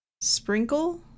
Sprinkle